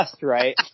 right